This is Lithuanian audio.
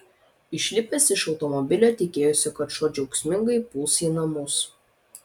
išlipęs iš automobilio tikėjosi kad šuo džiaugsmingai puls į namus